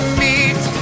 meet